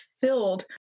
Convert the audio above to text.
filled